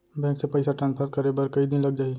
Bank से पइसा transfer करे बर कई दिन लग जाही?